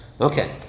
Okay